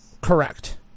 Correct